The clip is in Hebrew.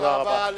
תודה רבה.